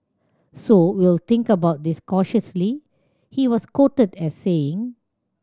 so we'll think about this cautiously he was quoted as saying